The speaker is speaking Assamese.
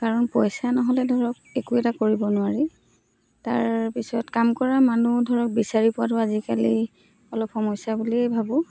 কাৰণ পইচা নহ'লে ধৰক একো এটা কৰিব নোৱাৰি তাৰপিছত কাম কৰা মানুহ ধৰক বিচাৰি পোৱাতো আজিকালি অলপ সমস্যা বুলিয়েই ভাবোঁ